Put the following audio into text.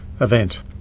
event